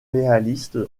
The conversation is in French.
réaliste